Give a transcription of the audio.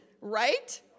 right